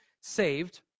saved